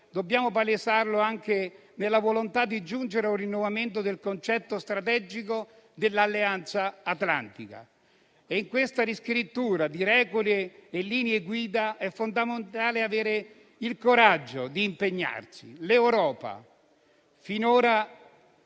dobbiamo palesarlo anche nella volontà di giungere ad un rinnovamento del concetto strategico dell'Alleanza atlantica. In questa riscrittura di regole e linee guida è fondamentale avere il coraggio di impegnarsi. L'Europa finora